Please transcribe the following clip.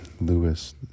Lewis